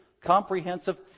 comprehensive